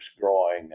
growing